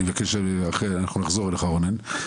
אנחנו נחזור אליך רונן,